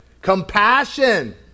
compassion